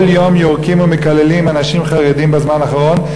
כל יום יורקים ומקללים אנשים חרדים בזמן האחרון,